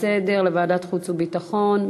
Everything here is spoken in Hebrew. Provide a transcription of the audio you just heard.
לוועדת החוץ והביטחון.